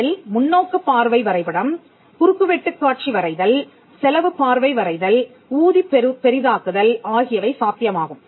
இதில் முன்னோக்குப் பார்வை வரைபடம் குறுக்குவெட்டுக் காட்சி வரைதல் பகு திரைப் பார்வை வரைதல் ஊதிப் பெரிதாக்குதல் ஆகியவை சாத்தியமாகும்